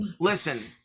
listen